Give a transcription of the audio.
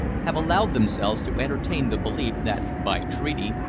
have allowed themselves to entertain the belief, that, by treaty,